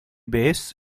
base